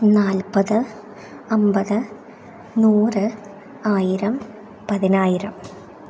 നാൽപ്പത് അമ്പത് നൂറ് ആയിരം പതിനായിരം